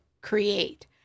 create